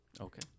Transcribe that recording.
Okay